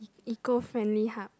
eco-friendly hub